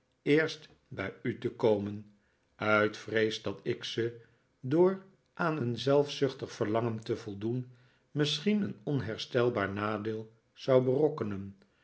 eerst bij u te komen uit vrees dat ik ze door aan een zelfzuchtig verlangen te voldoen misschien een onherstelbaar nadeel zou berokkenen